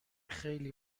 خیلی